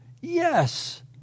Yes